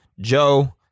Joe